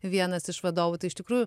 vienas iš vadovų tai iš tikrųjų